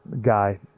guy